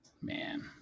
man